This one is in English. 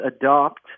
adopt